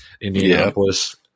Indianapolis –